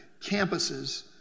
campuses